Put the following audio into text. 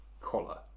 collar